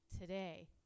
today